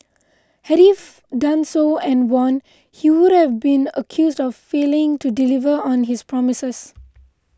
had he done so and won he wouldn't been accused of failing to deliver on his promises